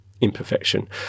imperfection